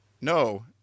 No